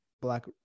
Black